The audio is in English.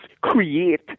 create